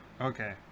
Okay